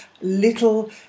little